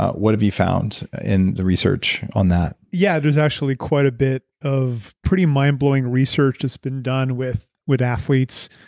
what have you found in the research on that? yeah. there's actually quite a bit of pretty mind blowing research that's been done with with athletes.